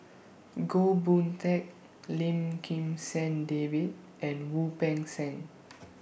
Goh Boon Teck Lim Kim San David and Wu Peng Seng